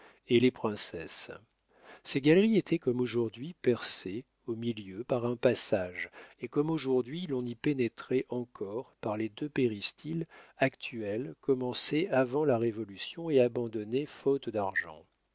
et les princesses ces galeries étaient comme aujourd'hui percées au milieu par un passage et comme aujourd'hui l'on y pénétrait encore par les deux péristyles actuels commencés avant la révolution et abandonnés faute d'argent